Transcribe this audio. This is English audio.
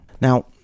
Now